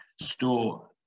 store